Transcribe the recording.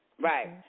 Right